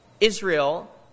Israel